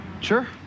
sure